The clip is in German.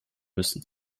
müssen